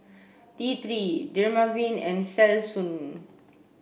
T three Dermaveen and Selsun